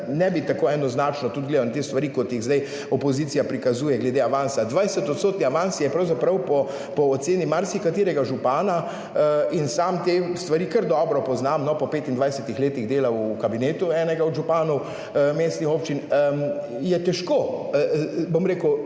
ne bi tako enoznačno tudi gledam na te stvari, kot jih zdaj opozicija prikazuje glede avansa. 20 % avans je pravzaprav po oceni marsikaterega župana in sam te stvari kar dobro poznam po 25 letih dela v kabinetu enega od županov mestnih občin, je težko, bom rekel,